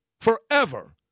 forever